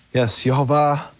yes, yehovah,